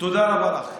תודה רבה לך.